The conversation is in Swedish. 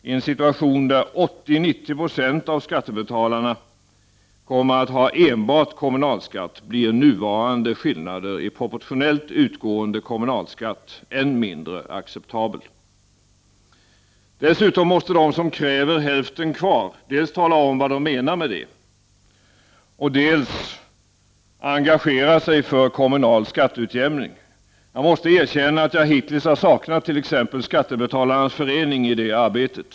I en situation där 80-90 26 av skattebetalarna kommer att ha enbart kommunalskatt blir nuvarande skillnader i proportionellt utgående kommunalskatt ännu mindre acceptabla. Dessutom måste de som kräver ”hälften kvar” dels tala om vad de menar med det, dels engagera sig för en kommunal skatteutjämning. Jag måste erkänna att jag hittills har saknat t.ex. Skattebetalarnas förening i det arbetet.